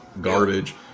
garbage